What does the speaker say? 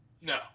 No